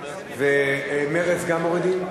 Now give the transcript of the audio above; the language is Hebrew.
מרצ גם מורידים?